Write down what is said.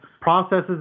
processes